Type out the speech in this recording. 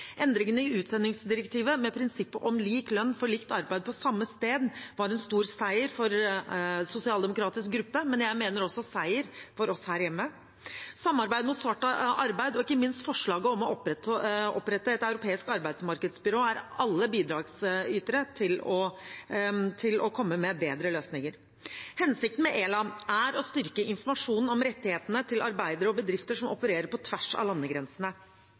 Endringene i utsendingsdirektivet med prinsippet om lik lønn for likt arbeid på samme sted var en stor seier for sosialdemokratisk gruppe, men jeg mener det også var en seier for oss her hjemme. Samarbeidet mot svart arbeid og ikke minst forslaget om å opprette et europeisk arbeidsmarkedsbyrå er bidragsytere til å komme med bedre løsninger. Hensikten med ELA er å styrke informasjonen om rettighetene til arbeidere og bedrifter som opererer på tvers av landegrensene.